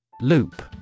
Loop